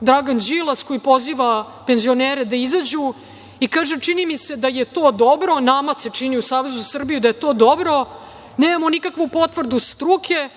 Dragan Đilas, koji poziva penzionere da izađu i kaže - čini mi se da je to dobro, nama se čini u Savezu za Srbiju da je to dobro, nemamo nikakvu potvrdu struke,